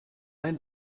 ein